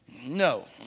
no